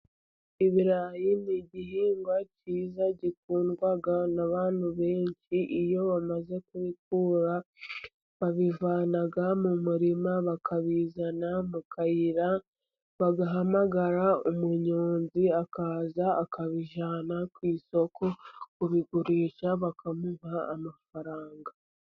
Ibirayi ni igihingwa cyiza gikundwa n'abantu benshi, iyo bamaze kubikura babivana mu murima bakabizana mu kayira, bagahamagara umunyonzi akaza akabijyana ku isoko kubigurisha, bakamubaha amafaranga.